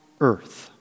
earth